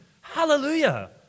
Hallelujah